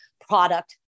product